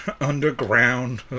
underground